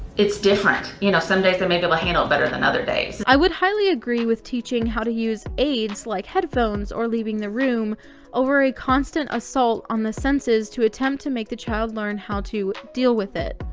it's different you know some days they may be able to handle it better than other days. i would highly agree with teaching how to use aids like headphones or leaving the room over a constant assault on the senses to attempt to make the child learn how to deal with it.